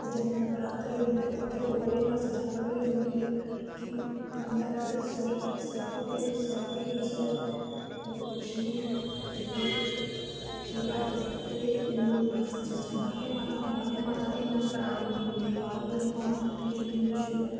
ते जेल्लै नवरात्रे होंदे न उत्थें होर इन्ना सजावट होई दी होंदी ऐ कि बंदा आखदा स्वर्ग उप्पर एह् ई स्वर्ग ऐ होर कुछ निं ऐ ते फिर आई जाओ ते हून अस चलचै बाह्वे माता बाह्वे माता दे इन्ना परानी पिंडी बाह्वे वाली माता इत्थें किन्नी मश्हूर ऐ